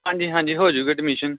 ਹਾਂਜੀ ਹਾਂਜੀ ਹੋ ਜੂ ਅਡਮੀਸ਼ਨ